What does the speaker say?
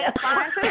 fine